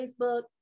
Facebook